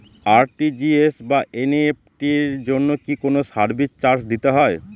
RTGS বা NEFT এর জন্য কি কোনো সার্ভিস চার্জ দিতে হয়?